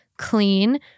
clean